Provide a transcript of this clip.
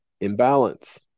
imbalance